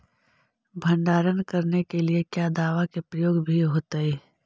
भंडारन करने के लिय क्या दाबा के प्रयोग भी होयतय?